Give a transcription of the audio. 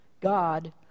God